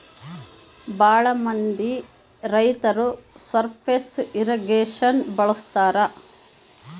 ಭಾಳ ಮಂದಿ ರೈತರು ಸರ್ಫೇಸ್ ಇರ್ರಿಗೇಷನ್ ಬಳಸ್ತರ